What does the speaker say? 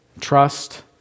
Trust